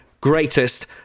greatest